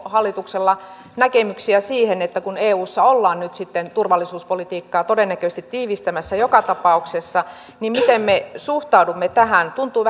hallituksella näkemyksiä siihen kun eussa ollaan nyt sitten turvallisuuspolitiikkaa todennäköisesti tiivistämässä joka tapauksessa miten me suhtaudumme tähän tuntuu